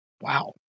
Wow